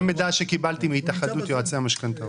זה מידע שקיבלתי מהתאחדות יועצי המשכנתאות.